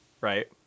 right